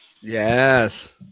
Yes